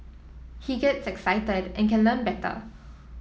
he gets excited and can learn better